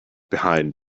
behind